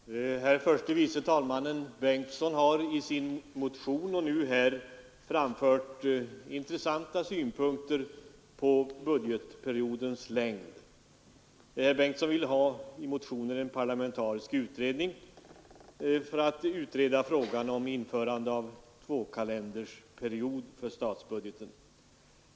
Herr talman! Herr förste vice talmannen Bengtson har i sin motion och nu här framfört intressanta synpunkter på budgetperiodens längd. Herr Bengtson föreslår i motionen en parlamentarisk utredning för att utreda frågan om införande av tvåkalenderårsperiod för statsbudgeten.